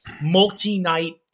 multi-night